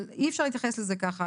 אבל אי-אפשר להתייחס לזה כך.